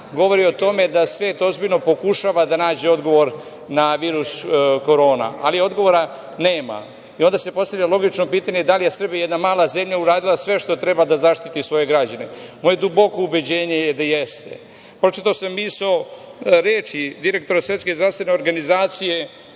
govori o tome da svet ozbiljno pokušava da nađe odgovor na virus Korona, ali odgovora nema i onda se postavlja logično pitanje da li je Srbija, jedna mala zemlja, uradila sve što treba da zaštiti svoje građane. Moje duboko ubeđenje je da jeste. Pročitao sam reči direktora SZO pre nekoliko